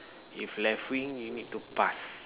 if left wing you need to pass